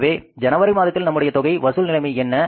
எனவே ஜனவரி மாதத்தில் நம்முடைய தொகை வசூல் நிலைமை என்ன